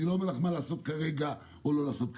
אני לא אומר לך מה לעשות כרגע או לא לעשות כרגע.